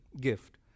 gift